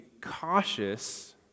cautious